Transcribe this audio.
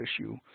issue